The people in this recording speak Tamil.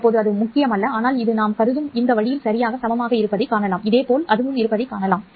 அப்போது அது முக்கியமல்ல ஆனால் இது நாம் கருதும் இந்த வழியில் சரியாக சமமாக இருப்பதை இங்கே காணலாம்